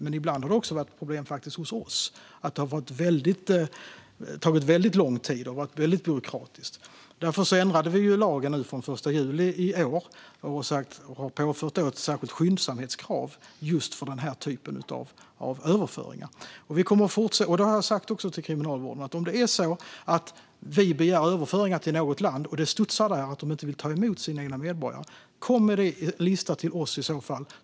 Men ibland har det faktiskt också varit problem hos oss - att det har tagit väldigt lång tid och varit väldigt byråkratiskt. Därför ändrade vi lagen från den 1 juli i år och har påfört ett särskilt skyndsamhetskrav just för den här typen av överföringar. Jag har också sagt till Kriminalvården att om vi begär överföringar till något land och det studsar där, att de inte vill ta emot sina egna medborgare, vill vi ha en lista över dessa.